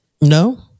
No